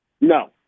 No